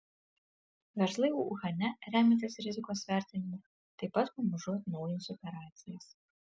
verslai uhane remiantis rizikos vertinimu taip pat pamažu atnaujins operacijas